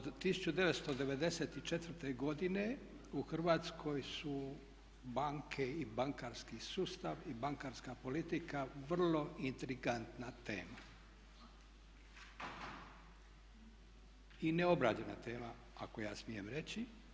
Drugo, od 1994. godine u Hrvatskoj su banke i bankarski sustav i bankarska politika vrlo intrigantna tema i neobrađena tema ako ja smijem reći.